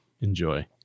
Enjoy